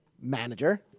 manager